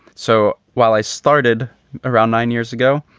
so while i started around nine years ago,